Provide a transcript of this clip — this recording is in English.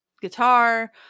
guitar